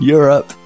Europe